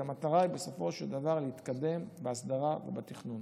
כי המטרה היא בסופו של דבר להתקדם בהסדרה ובתכנון.